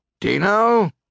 Dino